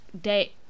day